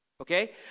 Okay